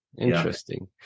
Interesting